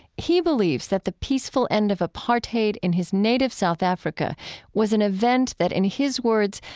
he believes that the peaceful end of apartheid in his native south africa was an event that, in his words,